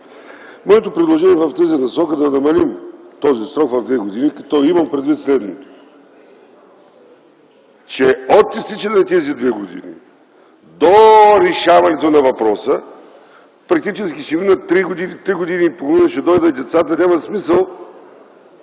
Моето предложение в тази насока е да намалим този срок на две години, като имам предвид следното: от изтичане на тези две години до решаването на въпроса, практически ще минат три години – три години и половина, ще дойдат децата и няма смисъл